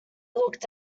looked